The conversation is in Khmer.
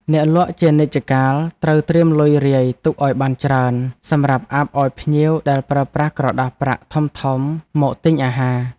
អ្នកលក់ជានិច្ចកាលត្រូវត្រៀមលុយរាយទុកឱ្យបានច្រើនសម្រាប់អាប់ឱ្យភ្ញៀវដែលប្រើប្រាស់ក្រដាសប្រាក់ធំៗមកទិញអាហារ។